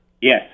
Yes